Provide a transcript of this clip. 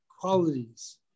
qualities